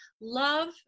love